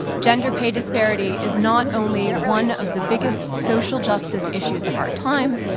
gender pay disparity is not only one of the biggest social justice issues of our time.